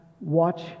watch